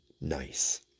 nice